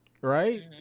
Right